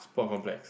sport complex